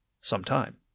sometime